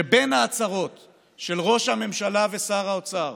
שבין ההצהרות של ראש הממשלה ושר האוצר